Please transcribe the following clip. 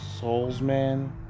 Soulsman